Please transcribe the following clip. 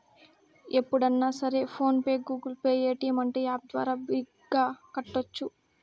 ఎప్పుడన్నా సరే PhonePe Google Pay Paytm అంటే యాప్ ద్వారా బిరిగ్గా కట్టోచ్చు